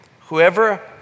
Whoever